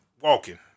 walking